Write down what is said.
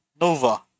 Nova